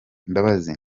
imbabazi